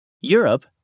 Europe